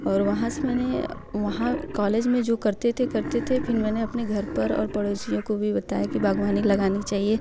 और वहाँ से मैंने वहाँ कॉलेज में जो करते थे करते थे फिर मैंने अपने घर पर और पड़ोसियों को भी बताया कि बाग़बानी लगाने चाहिए